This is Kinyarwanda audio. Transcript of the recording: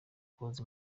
koza